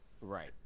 Right